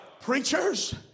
Preachers